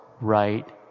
right